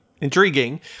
Intriguing